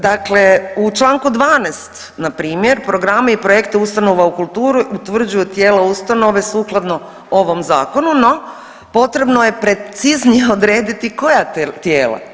Dakle, u čl. 12. npr. programe i projekte ustanova u kulturi utvrđuju tijela ustanove sukladno ovom zakonu, no potrebno je preciznije odrediti koja tijela.